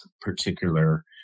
particular